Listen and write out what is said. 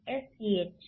sch છે